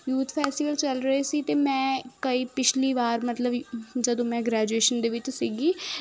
youth festival ਚੱਲ ਰਹੇ ਸੀ ਅਤੇ ਮੈਂ ਕਈ ਪਿਛਲੀ ਵਾਰ ਮਤਲਬ ਜਦੋਂ ਮੈਂ ਗ੍ਰੈਜੂਏਸ਼ਨ ਦੇ ਵਿੱਚ ਸੀਗੀ